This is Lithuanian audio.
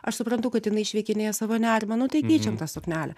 aš suprantu kad jinai išveikinėja savo nerimą nu tai keičiam tą suknelę